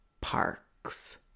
Parks